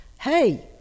Hey